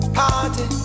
party